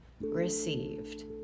received